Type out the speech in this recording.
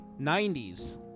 90s